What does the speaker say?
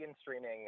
streaming